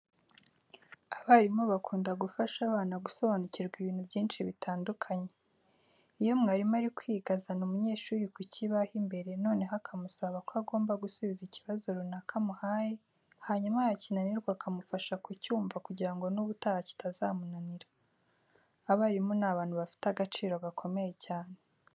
Abarimu bakunda gufasha abana gusobanukirwa ibintu byinshi bitandukanye. Iyo mwarimu ari kwiga azana umunyeshuri ku kibaho imbere noneho akamusaba ko agomba gusubiza ikibazo runaka amuhaye, hanyuma yakinanirwa akamufasha kucyumva kugira ngo n'ubutaha kitazamunanira. Abarimu ni abantu bafite agaciro gakomeye cyane.